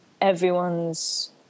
everyone's